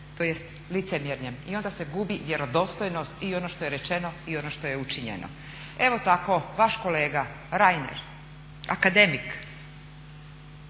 tj. licemjerjem i onda se gubi vjerodostojnost i ono što je rečeno i ono što je učinjeno. Evo tako vaš kolega Reiner, akademik,